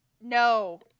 no